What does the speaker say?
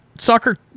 soccer